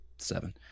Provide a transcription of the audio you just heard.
Seven